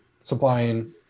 supplying